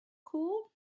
cooled